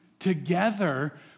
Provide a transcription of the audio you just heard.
Together